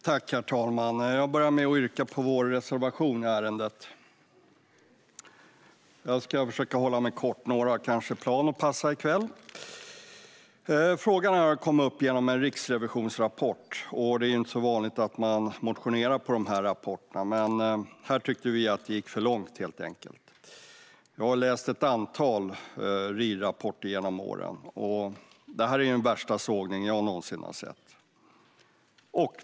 Herr talman! Jag yrkar bifall till vår reservation. Jag ska försöka hålla mig kort, för några har kanske plan att passa i kväll. Frågan har kommit upp genom en rapport från Riksrevisionen. Det är inte så vanligt att motionera på dessa rapporter, men här tyckte vi att det gick för långt. Jag har läst ett antal rapporter från Riksrevisionen genom åren, och detta är den värsta sågning jag någonsin sett.